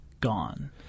gone